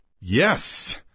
Yes